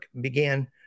began